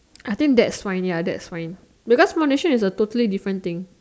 I think that's fine ya that's fine because foundation is a totally different thing